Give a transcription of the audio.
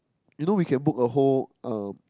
you know we can book a whole um